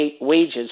wages